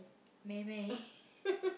Mei Mei